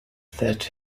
that